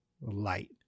light